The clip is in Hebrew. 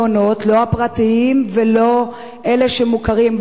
לא הפרטיים ולא אלה שמוכרים,